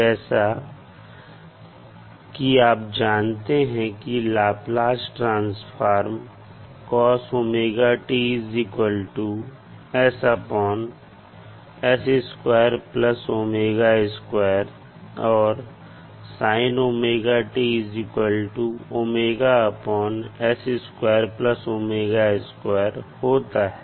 जैसा कि आप जानते हैं कि लाप्लास ट्रांसफॉर्म और होता है